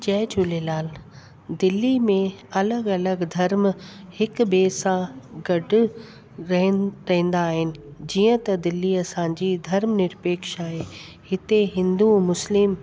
जय झूलेलाल दिल्ली में अलॻि अलॻि धर्म हिकु ॿिए सां गॾु रहनि रहंदा आहिनि जीअं त दिल्ली असांजी धर्म निर्पेक्ष आहे हिते हिंदू मुस्लिम